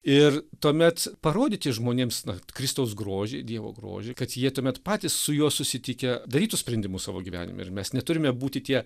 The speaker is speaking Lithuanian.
ir tuomet parodyti žmonėms na kristaus grožį dievo grožį kad jie tuomet patys su juo susitikę darytų sprendimus savo gyvenime ir mes neturime būti tie